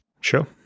Sure